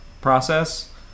process